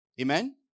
Amen